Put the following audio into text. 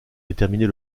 déterminer